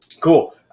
Cool